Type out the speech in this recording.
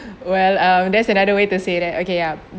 well um there's another way to say that okay ah